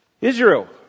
Israel